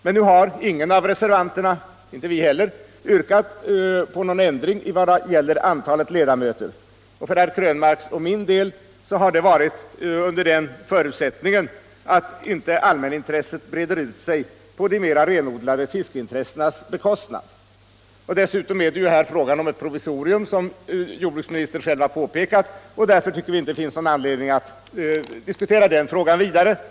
Men nu har ingen av reservanterna — inte vi heller — yrkat på någon ändring i vad gäller antalet ledamöter, och för herr Krönmarks och min del har det varit under den förutsättningen att inte allmänintresset breder ut sig på de mera renodlade fiskeintressenas bekostnad. Dessutom är det här fråga om ett provisorium — som jordbruksministern själv påpekade —- och därför tycker vi inte att det finns någon anledning att diskutera den frågan vidare.